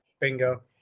bingo